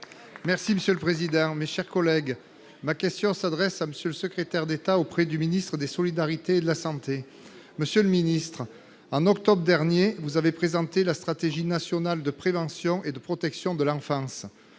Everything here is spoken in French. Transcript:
Marche. Monsieur le président, mes chers collègues, ma question s'adresse à M. le secrétaire d'État auprès du ministre des solidarités et de la santé. Monsieur le secrétaire d'État, en octobre dernier, vous avez présenté la stratégie nationale de prévention et de protection de l'enfance.